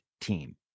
team